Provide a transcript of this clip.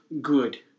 good